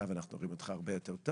אני מקווה שלא יהיו חריגות,